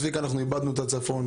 צביקה, אנחנו איבדנו את הצפון.